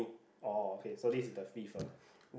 oh okay so this is the fifty lah